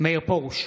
מאיר פרוש,